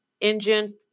engine